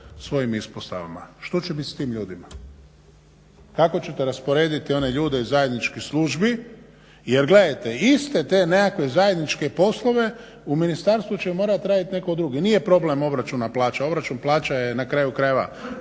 svojim ispostavama. Što će biti sa tim ljudima? Kako ćete rasporediti one ljude iz zajedničkih službi? Jer gledajte iste te nekakve zajedničke poslove u ministarstvu će morati raditi netko drugi. Nije problem obračun plaća, obračun plaća je na kraju krajeva